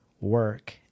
work